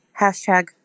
hashtag